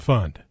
Fund